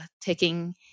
taking